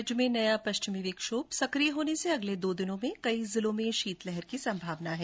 राज्य में नया पश्चिमी विक्षोम सकिय होने से अगले दो दिनों में कई जिलों में शीतलहर की संभावना है